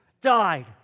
died